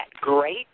great